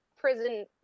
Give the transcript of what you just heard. prison